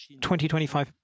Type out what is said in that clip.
2025